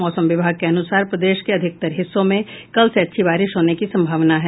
मौसम विभाग के अनुसार प्रदेश के अधिकतर हिस्सों में कल से अच्छी बारिश होने की संभावना है